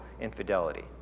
infidelity